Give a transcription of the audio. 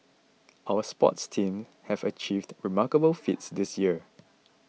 our sports teams have achieved remarkable feats this year